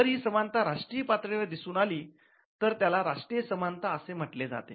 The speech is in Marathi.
जर ही समानता राष्ट्रीय पातळी वर दिसून आली तर त्याला राष्ट्रीय समानता असे म्हटले जाते